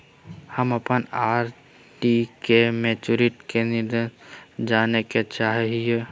हम अप्पन आर.डी के मैचुरीटी के निर्देश जाने के चाहो हिअइ